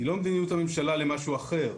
היא לא מדיניות הממשלה למשהו אחר.